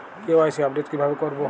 KYC update কিভাবে করবো?